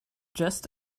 just